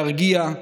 להרגיע,